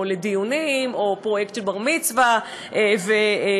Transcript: או לדיונים או לפרויקט של בר-מצווה ובת-מצווה.